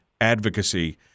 advocacy